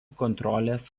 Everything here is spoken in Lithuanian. kontrolės